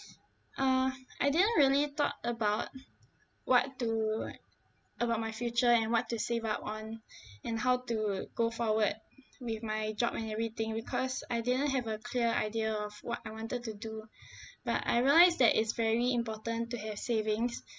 uh I didn't really thought about what to what about my future and what to save up on and how to go forward with my job and everything because I didn't have a clear idea of what I wanted to do but I realise that it's very important to have savings